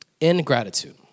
ingratitude